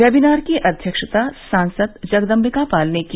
webinar की अध्यक्षता सांसद जगदम्बिकापाल ने की